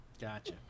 Gotcha